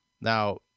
Now